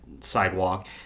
sidewalk